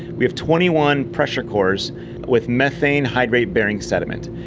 we have twenty one pressure cores with methane hydrate-bearing sediment.